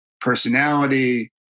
personality